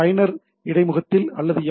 பயனர் இடைமுகத்தில் அல்லது எஃப்